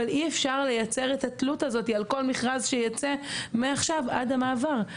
אבל אי-אפשר לייצר את התלות הזאת על כל מכרז שייצא מעכשיו עד המעבר.